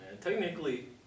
Technically